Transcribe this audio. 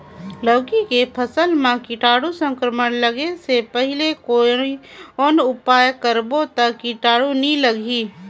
लौकी के फसल मां कीटाणु संक्रमण लगे से पहले कौन उपाय करबो ता कीटाणु नी लगही?